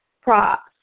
props